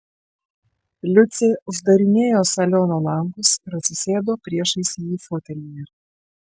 liucė uždarinėjo saliono langus ir atsisėdo priešais jį fotelyje